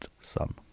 son